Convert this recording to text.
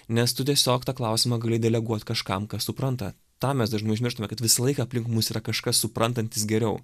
nes tu tiesiog tą klausimą gali deleguot kažkam kas supranta tą mes dažnai užmirštame kad visą laiką aplink mus yra kažkas suprantantys geriau